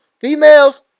Females